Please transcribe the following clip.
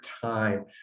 time